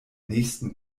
nächsten